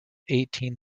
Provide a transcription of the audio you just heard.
eighteen